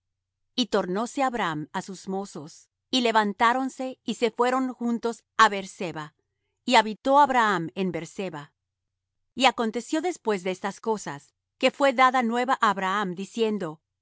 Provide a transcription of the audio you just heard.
y tornóse abraham á sus mozos y levantáronse y se fueron juntos á beer-seba y habitó abraham en beer-seba y aconteció después de estas cosas que fué dada nueva á abraham diciendo